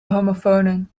homofonen